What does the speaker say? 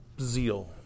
zeal